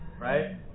Right